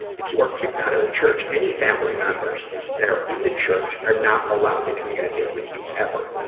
if you are kicked out of the church, any family members that are in the church are not allowed to communicate with you ever.